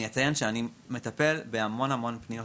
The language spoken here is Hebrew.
אני אציין שאני מטפל בהרבה מאוד פניות